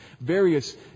various